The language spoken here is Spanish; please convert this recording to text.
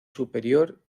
superior